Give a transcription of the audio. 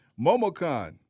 MomoCon